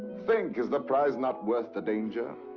think, is the prize not worth the danger?